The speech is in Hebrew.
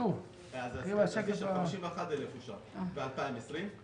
51 אלף אושר ב-2020.